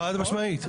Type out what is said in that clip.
חד משמעית.